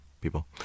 people